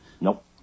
Nope